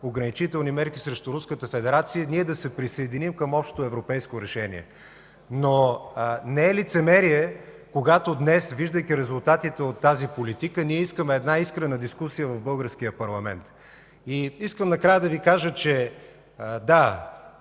ограничителни мерки срещу Руската федерация, ние да се присъединим към общото европейско решение. Но не е лицемерие, когато днес, виждайки резултатите от тази политика, ние искаме една искрена дискусия в българския парламент. Накрая искам да Ви кажа, че да,